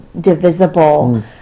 divisible